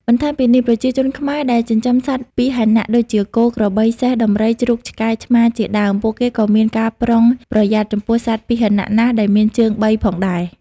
បន្ថែមពីនេះ ប្រជាជនខ្មែរដែលចិញ្ចឹមសត្វពាហនៈដូចជា គោ ក្របី សេះ ដំរី ជ្រូក ឆ្កែ ឆ្មា ជាដើម ពួកគេក៏មានការប្រុងប្រយ័ត្នចំពោះសត្វពាហនៈណាដែលមានជើងបីផងដែរ។